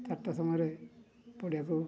ଚାରିଟା ସମୟରେ ପଡ଼ିଆକୁ